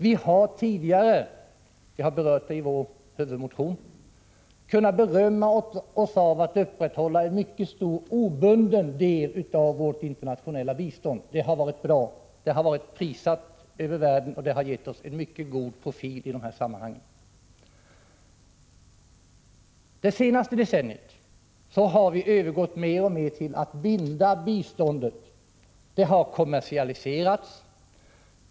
Vi har tidigare — vilket vi har berört i vår huvudmotion — kunnat berömma oss av att kunna upprätthålla en mycket stor obunden del av vårt internationella bistånd. Det har varit bra. Det har varit prisat över världen, och det har gett oss en mycket god profil i dessa sammanhang. Det senaste decenniet har vi övergått mer och mer till att binda biståndet. Det har kommersialiserats.